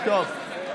מיקי,